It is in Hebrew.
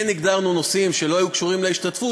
הגדרנו נושאים שלא היו קשורים להשתתפות,